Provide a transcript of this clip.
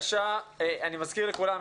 אני מזכיר לכולם,